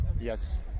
Yes